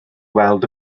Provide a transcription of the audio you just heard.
weld